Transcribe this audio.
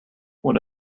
what